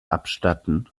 abstatten